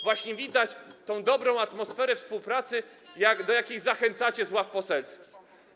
Właśnie widać tę dobrą atmosferę współpracy, do jakiej zachęcacie z ław poselskich.